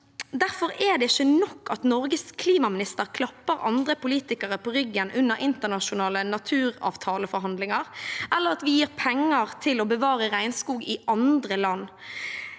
Derfor er det ikke nok at Norges klimaminister klapper andre politikere på ryggen under internasjonale naturavtaleforhandlinger, eller at vi gir penger til å bevare regnskog i andre land.